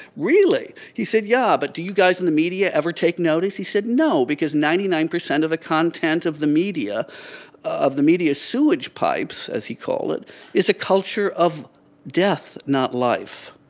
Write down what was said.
really? he said, yeah, but do you guys in the media ever take notice? he said, no, because ninety nine percent of the content of the media of the media's sewage pipes, as he called it is a culture of death, not life.